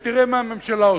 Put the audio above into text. ותראה מה הממשלה עושה.